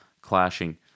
clashing